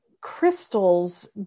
crystals